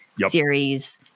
series